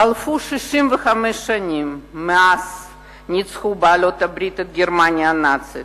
חלפו 65 שנים מאז ניצחו בעלות-הברית את גרמניה הנאצית,